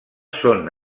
són